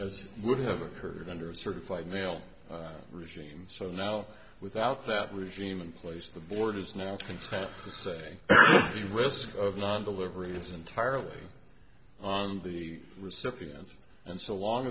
as would have occurred under a certified mail regime so now without that regime in place the board is now content to say the risk of non delivery is entirely on the recipient and so long